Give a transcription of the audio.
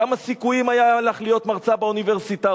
כמה סיכויים היו לך להיות מרצה באוניברסיטה,